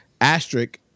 Asterisk